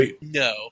No